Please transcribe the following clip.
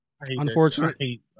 unfortunately